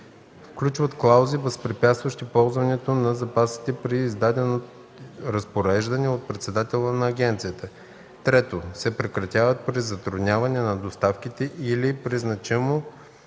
включват клаузи, възпрепятстващи ползването на запасите при издадено разпореждане от председателя на агенцията; 3. се прекратяват при затрудняване на доставките или при значимо